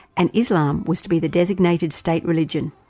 and islam was to be the designated state religion.